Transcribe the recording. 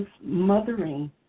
mothering